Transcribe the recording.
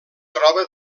troba